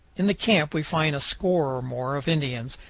in the camp we find a score or more of indians,